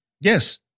Yes